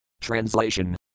Translation